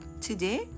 today